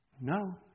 No